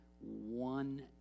one